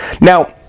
Now